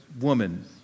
woman